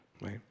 Right